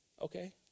Okay